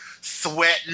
sweating